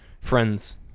friends